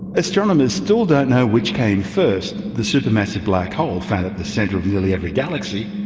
astronomers still don't know which came first the supermassive black hole found at the centre of nearly every galaxy,